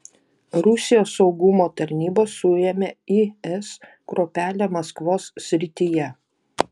rusijos saugumo tarnybos suėmė is kuopelę maskvos srityje